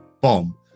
Bomb